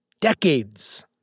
Decades